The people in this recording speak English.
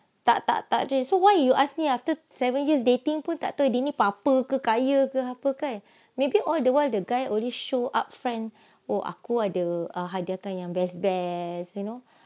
tak tak tak ada then why you ask me after seven years dating pun tak tahu dia ni buat apa ke kaya ke kan maybe all the while the guy only show up front oh aku ada hadiahkan best best you know